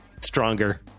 stronger